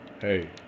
hey